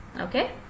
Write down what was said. okay